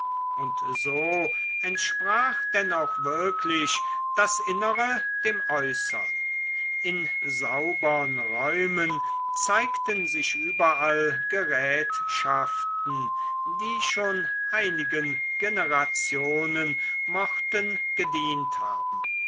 und so entsprach denn auch wirklich das innere dem äußern in saubern räumen zeigten sich überall gerätschaften die schon einigen generationen mochten gedient haben